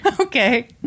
Okay